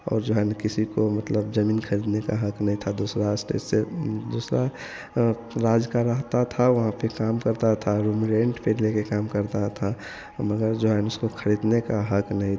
जो है न किसी को मतलब जमीन खरीदने का हक नहीं था दूसरा स्टेट से दूसरा राज्य का रहता था वहाँ पर काम करता था रूम रेन्ट पर लेकर काम करता था मगर जो है उसको खरीदने का हक़ नहीं था